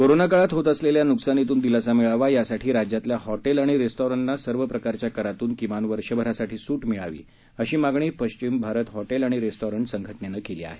corona काळात होत असलेल्या नुकसानीतून दिलासा मिळावा यासाठी राज्यातल्या हॅटेल आणि रेस्टॉरंटना सर्व प्रकारच्या करातून किमान वर्षभरासाठी सूट मिळावी अशी मागणी पश्विम भारत हॉटेल आणि रेस्टॉरंट संघटनेनं केली आहे